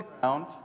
ground